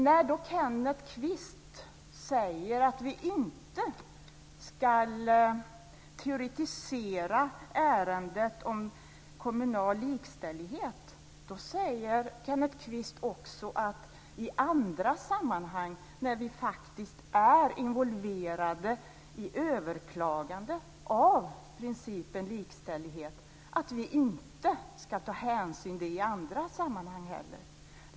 När Kenneth Kvist säger att vi inte ska teoretisera ärendet om kommunal likställighet säger Kenneth Kvist också att vi i andra sammanhang när vi faktiskt är involverade i överklaganden i fråga om principen om likställighet inte ska ta hänsyn till det då heller.